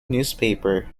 newspaper